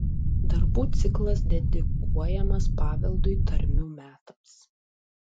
darbų ciklas dedikuojamas paveldui tarmių metams